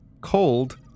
Cold